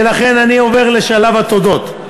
ולכן אני עובר לשלב התודות.